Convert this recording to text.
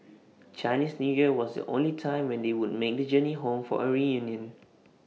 Chinese New Year was the only time when they would make the journey home for A reunion